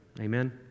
Amen